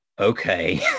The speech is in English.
okay